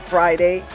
Friday